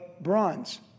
bronze